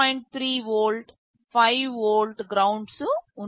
3 volt 5 వోల్ట్లు ground ఉన్నాయి